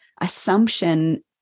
assumption